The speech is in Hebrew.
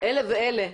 אלה ואלה,